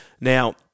Now